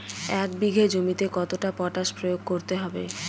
এক বিঘে জমিতে কতটা পটাশ প্রয়োগ করতে হবে?